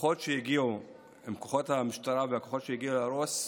הכוחות שהגיעו עם כוחות המשטרה והכוחות שהגיעו להרוס,